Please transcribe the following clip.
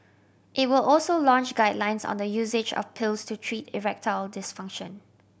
it will also launch guidelines on the usage of pills to treat erectile dysfunction